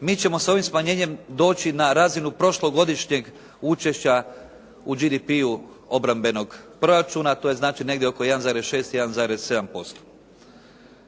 Mi ćemo ovim smanjenjem doći na razinu prošlogodišnjeg učešća u JDP obrambenog proračuna, a to je negdje oko 1,6, 1,7%.